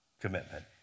commitment